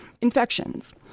infections